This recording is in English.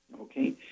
Okay